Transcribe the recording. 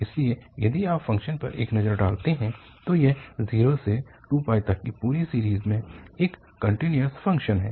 इसलिए यदि आप फ़ंक्शन पर एक नज़र डालते हैं तो यह 0 से 2 तक की पूरी सीरीज़ में एक कन्टीन्यूअस फ़ंक्शन है